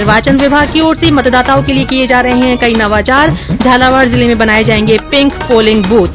निर्वाचन विभाग की ओर से मतदाताओं के लिए किए जा रहे है कई नवाचार झालावाड़ जिले में बनाये जाएंगे पिंक पोलिंग बूथ